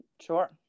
Sure